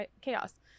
chaos